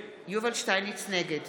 נגד